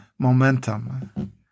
momentum